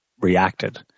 reacted